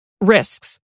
Risks